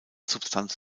substanz